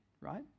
right